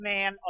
Man